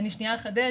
אני שנייה אחדד.